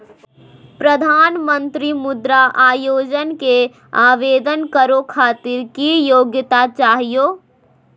प्रधानमंत्री मुद्रा योजना के आवेदन करै खातिर की योग्यता चाहियो?